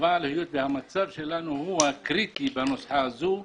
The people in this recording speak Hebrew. אבל היות והמצב שלנו הוא הקריטי בנוסחה הזו,